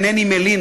כמו שאינני מלין,